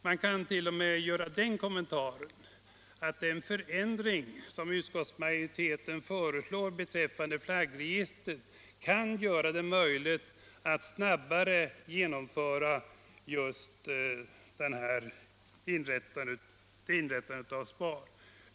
Man kan t.o.m. göra den kommentaren att den förändring som utskottsmajoriteten föreslår beträffande flaggregistret kan göra det möjligt att snabbare genomföra inrättandet av SPAR.